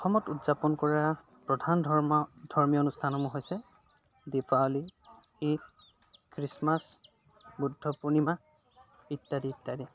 অসমত উদযাপন কৰা প্ৰধান ধৰ্ম ধৰ্মীয় অনুষ্ঠানসমূহ হৈছে দীপাৱলী ঈদ খ্ৰীষ্টমাছ বুদ্ধ পূৰ্ণিমা ইত্যাদি ইত্যাদি